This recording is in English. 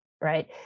right